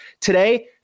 today